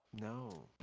No